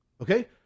okay